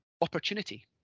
opportunity